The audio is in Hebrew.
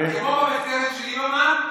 כמו בבית הכנסת של ליברמן,